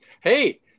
Hey